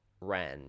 ran